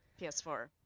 PS4